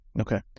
okay